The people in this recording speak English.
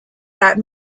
that